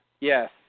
Yes